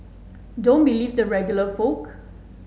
don't believe the regular folk